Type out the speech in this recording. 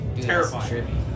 terrifying